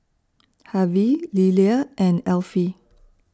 Harvy Lilia and Elfie